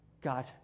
God